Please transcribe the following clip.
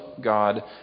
God